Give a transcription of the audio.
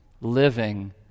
living